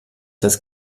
das